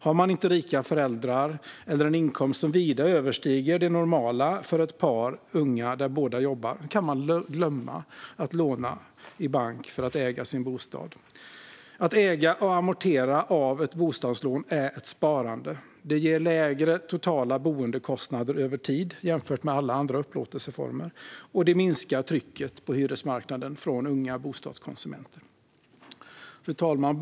Har man inte rika föräldrar eller en inkomst som vida överstiger det normala för ett ungt par där båda jobbar kan man glömma att låna i bank för att äga sin bostad. Att äga sin bostad och amortera på ett bostadslån är ett sparande. Det ger lägre totala boendekostnader över tid jämfört med alla andra upplåtelseformer, och det minskar trycket på hyresmarknaden från unga bostadskonsumenter. Fru talman!